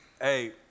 hey